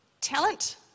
Talent